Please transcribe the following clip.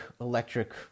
electric